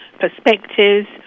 perspectives